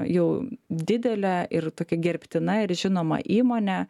jau didelė ir tokia gerbtina ir žinoma įmonė